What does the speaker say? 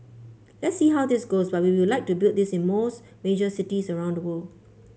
let see how this goes but we would like to build this in most major cities around the world